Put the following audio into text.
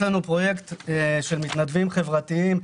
פרויקט נוסף זה מתנדבים חברתיים,